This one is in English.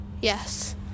yes